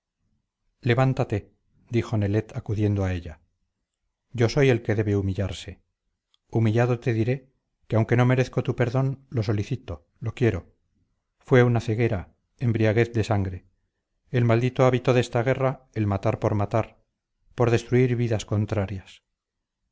levántate dijo nelet acudiendo a ella yo soy el que debe humillarse humillado te diré que aunque no merezco tu perdón lo solicito lo quiero fue una ceguera embriaguez de sangre el maldito hábito de esta guerra el matar por matar por destruir vidas contrarias